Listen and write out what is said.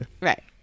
Right